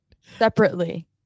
Separately